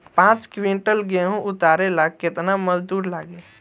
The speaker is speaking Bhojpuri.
पांच किविंटल गेहूं उतारे ला केतना मजदूर लागी?